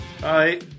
Bye